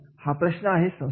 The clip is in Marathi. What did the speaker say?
हा प्रश्न आहे संस्थेचा